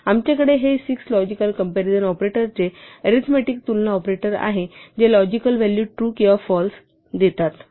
आमच्याकडे हे 6 logical comparison ऑपरेटरचे अरीथमेटिक तुलना ऑपरेटर आहेत जे लॉजिकल व्हॅलू ट्रू किंवा फाल्स देतात